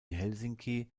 helsinki